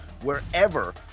wherever